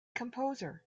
composer